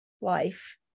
life